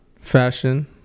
Fashion